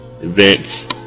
events